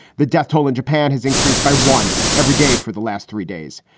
the death toll in japan has increased by one every day for the last three days.